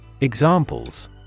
Examples